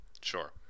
Sure